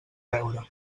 beure